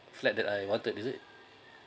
flat that I wanted is it